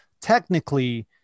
technically